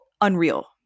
unreal